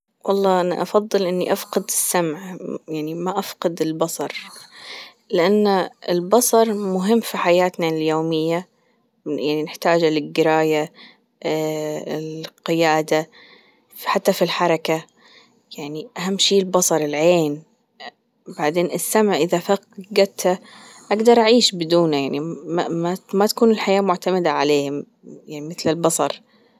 والله أنا أفضل إني أفقد السمع يعني ما أفقد البصر، لأن البصر مهم في حياتنا اليومية يعني نحتاجه للجراية القيادة، حتى في الحركة يعني أهم شي البصر العين بعدين السمع إذا فجدته أجدر أعيش بدونه يعني ما تكون الحياة معتمدة عليه يعني مثل البصر.